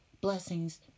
blessings